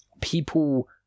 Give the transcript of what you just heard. people